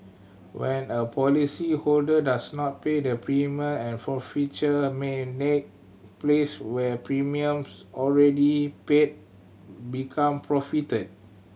when a policyholder does not pay the premium and forfeiture may place where premiums already paid become forfeited